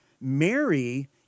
Mary